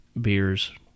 beers